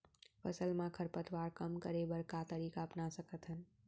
फसल मा खरपतवार कम करे बर का तरीका अपना सकत हन?